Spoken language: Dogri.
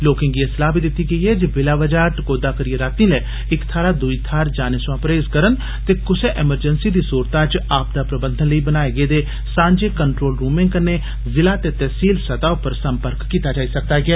लोकें गी एह् सलाह बी दित्ती गेदी ऐ जे बिला वजह टकोह्दा करिए राती'लै इक थारा दुई थाहर जाने सवां परहेज करन ते कुसै इमरजेंसी दी सूरतै च आपदा प्रबंधन लेई बनाए गेदे सांझे कंट्रोल रूमें कन्ने ज़िला ते तहसील सतह पर सम्पर्क कीता जाई सकदा ऐ